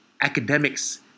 academics